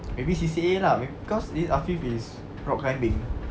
maybe C_C_A tak cause afif is rock climbing